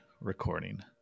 recording